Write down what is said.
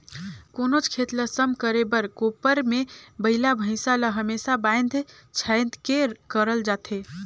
कोनोच खेत ल सम करे बर कोपर मे बइला भइसा ल हमेसा बाएध छाएद के करल जाथे